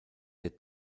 der